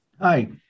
Hi